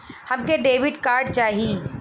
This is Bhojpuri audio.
हमके डेबिट कार्ड चाही?